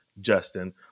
Justin